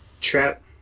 Trap